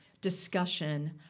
discussion